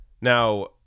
Now